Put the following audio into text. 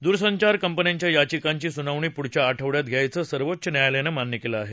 दूरसंचार कंपन्याच्या याचिकांची सुनावणी पुढच्या आठवड्यात घ्यायचं सर्वोच्च न्यायालयानं मान्य केलं आहे